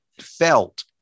felt